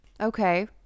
Okay